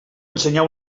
ensenyar